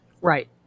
Right